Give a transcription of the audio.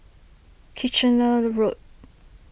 Kitchener Road